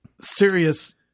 serious